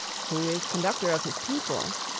who is conductor of his people?